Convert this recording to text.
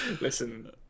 Listen